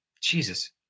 Jesus